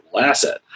asset